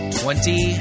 twenty